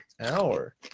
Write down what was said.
hour